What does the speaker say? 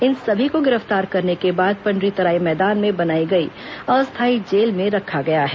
इन सभी को गिरफ्तार करने के बाद पंडरीतराई मैदान में बनाई गई अस्थायी जेल में रखा गया है